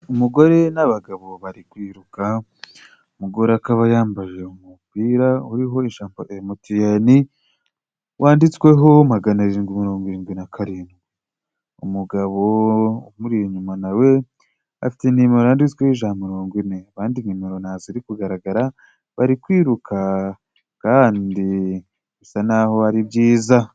umugore n'abagabo bari kwiruka, umugore akaba yambaye umupira uriho iriho ijambo MTN wanditsweho magana arindwi mirongo irindwi na karindwi, umugabo umuri inyuma na we afite nimero yanditsweho, ijana na mirongo ine, abandi nimero ntabwo iri kugaragara, bari kwiruka kandi bisa naho ari byiza.